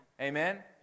Amen